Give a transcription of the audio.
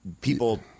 people